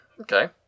okay